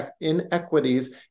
inequities